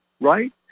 right